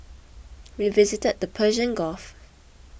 we visited the Persian Gulf